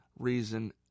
reason